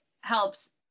helps